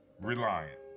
Reliant